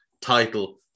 title